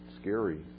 scary